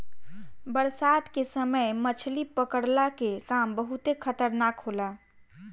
बरसात के समय मछली पकड़ला के काम बहुते खतरनाक होला